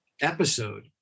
episode